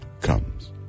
comes